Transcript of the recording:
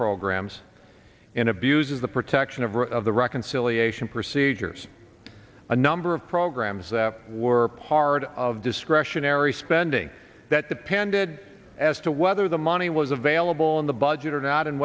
programs in abuses the protection of the reconciliation procedures a number of programs that were part of discretionary spending that depended as to whether the money was available in the budget or not and